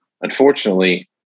unfortunately